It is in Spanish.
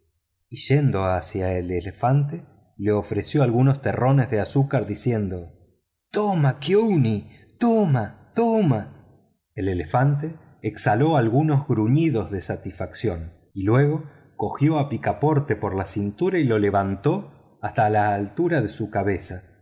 yendo hacia el elefante le ofreció algunos terrones de azúcar diciendo toma kiouni toma toma el elefante exhaló algunos gruñidos de satisfacción y luego tomó a picaporte por la cintura y lo levantó hasta la altura de su cabeza